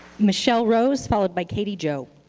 michelle rose followed by katie jo.